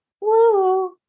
woo